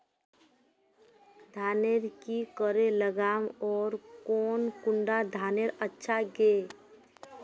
धानेर की करे लगाम ओर कौन कुंडा धानेर अच्छा गे?